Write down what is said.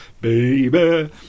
baby